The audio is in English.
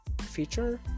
feature